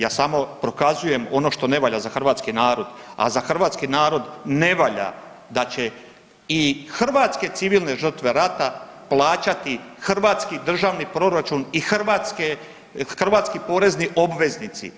Ja samo prokazujem ono što ne valja za hrvatski narod, a za hrvatski narod ne valja da će i hrvatske civilne žrtve rata plaćati hrvatski državni proračun i hrvatski porezni obveznici.